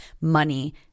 money